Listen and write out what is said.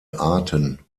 arten